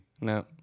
No